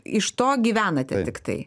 iš to gyvenate tiktai